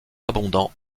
abondant